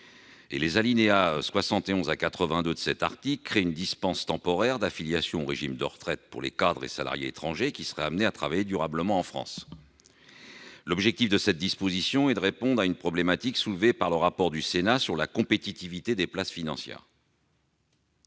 Les alinéas 71 à 82 de l'article 23 créent une dispense temporaire d'affiliation au régime de retraite pour les cadres et salariés étrangers qui seraient amenés à travailler durablement en France. L'objectif de cette disposition est de répondre à une problématique soulevée par le rapport du Sénat sur la compétitivité des places financières